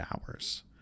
hours